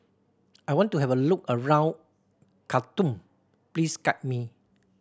I want to have a look around Khartoum please guide me